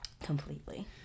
Completely